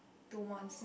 two months